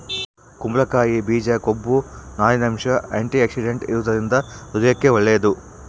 ಕುಂಬಳಕಾಯಿ ಬೀಜ ಕೊಬ್ಬು, ನಾರಿನಂಶ, ಆಂಟಿಆಕ್ಸಿಡೆಂಟಲ್ ಇರುವದರಿಂದ ಹೃದಯಕ್ಕೆ ಒಳ್ಳೇದು